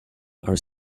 are